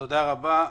תודה רבה.